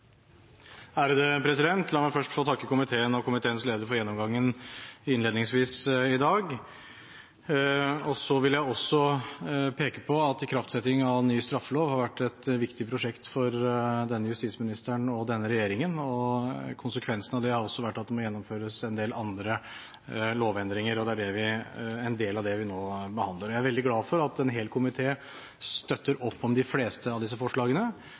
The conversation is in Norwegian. La meg innledningsvis i dag få takke komiteen og komiteens leder for gjennomgangen. Så vil jeg også peke på at ikraftsetting av ny straffelov har vært et viktig prosjekt for denne justisministeren og denne regjeringen. Konsekvensene av dette er at det må gjennomføres en del andre lovendringer, og det er en del av det vi nå behandler. Jeg er veldig glad for at en hel komité støtter opp om de fleste av disse forslagene,